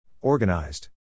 Organized